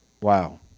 Wow